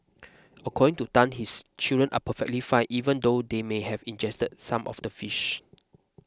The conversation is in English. according to Tan his children are perfectly fine even though they may have ingested some of the fish